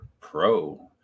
Pro